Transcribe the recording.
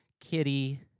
Kitty